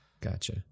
gotcha